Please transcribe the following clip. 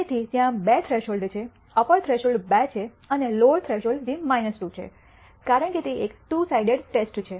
તેથી ત્યાં 2 થ્રેશોલ્ડ છે અપર થ્રેશોલ્ડ 2 છે અને લોઅર થ્રેશોલ્ડ જે 2 છે કારણ કે તે એક ટૂ સાઇડેડ ટેસ્ટ છે